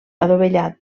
adovellat